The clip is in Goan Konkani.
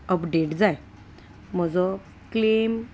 अपडेट जाय म्हजो क्लेम